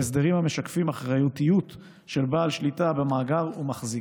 והסדרים המשקפים אחריותיות של בעל שליטה במאגר ומחזיק.